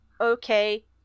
okay